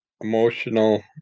emotional